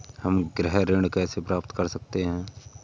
हम गृह ऋण कैसे प्राप्त कर सकते हैं?